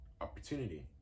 Opportunity